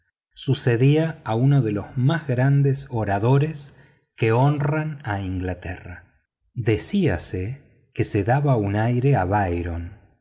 sucedía a uno de los más grandes oradores que honran a inglaterra decíase que se daba un aire a